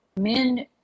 men